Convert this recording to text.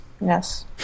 Yes